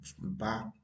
back